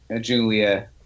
Julia